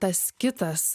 tas kitas